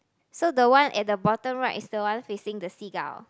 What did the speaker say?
so the one at the bottom right is the one facing the seagull